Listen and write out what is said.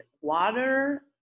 water